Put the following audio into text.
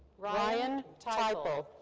ryan teipel.